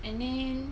and then